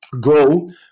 go